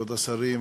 כבוד השרים,